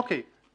אוקיי.